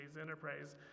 Enterprise